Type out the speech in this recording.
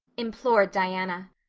implored diana.